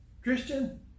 christian